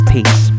Peace